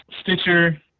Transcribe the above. Stitcher